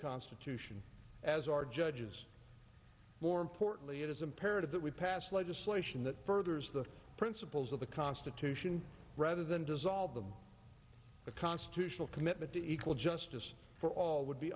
constitution as our judges more importantly it is imperative that we pass legislation that furthers the principles of the constitution rather than dissolve them the constitutional commitment to equal justice for all would be